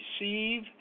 receive